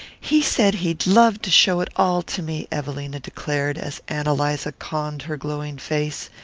he said he'd love to show it all to me! evelina declared as ann eliza conned her glowing face.